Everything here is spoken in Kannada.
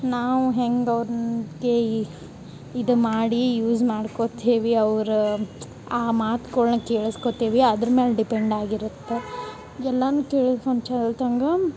ನಾವು ಹೆಂಗ ಅವ್ರನ ಕೇಯಿ ಇದ ಮಾಡಿ ಯೂಸ್ ಮಾಡ್ಕೊತ್ತೇವಿ ಅವ್ರ ಆ ಮಾತ್ಗುಳನ್ನ ಕೇಳಸ್ಕೊತೀವಿ ಅದ್ರ ಮ್ಯಾಲ ಡಿಪೆಂಡ್ ಆಗಿರುತ್ತೆ ಎಲ್ಲನು ತಿಳ್ಕೊಂಡು ಚಲ್ತಂಗ